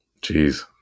Jeez